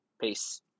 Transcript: peace